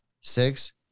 Six